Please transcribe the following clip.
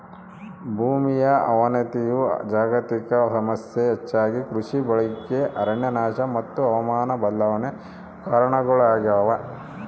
ಭೂಮಿಯ ಅವನತಿಯು ಜಾಗತಿಕ ಸಮಸ್ಯೆ ಹೆಚ್ಚಾಗಿ ಕೃಷಿ ಬಳಕೆ ಅರಣ್ಯನಾಶ ಮತ್ತು ಹವಾಮಾನ ಬದಲಾವಣೆ ಕಾರಣಗುಳಾಗ್ಯವ